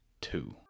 Two